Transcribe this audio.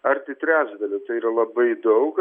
arti trečdalio tai yra labai daug